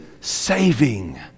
saving